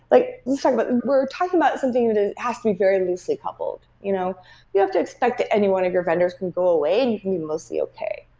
like so but we're talking about something that is has to be very loosely coupled. you know you'd have to expect that anyone of your vendors can go away and can be mostly okay.